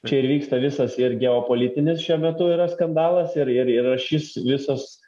čia ir vyksta visas ir geopolitinis šiuo metu yra skandalas ir ir ir šis visas